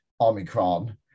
Omicron